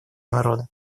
народа